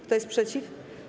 Kto jest przeciw?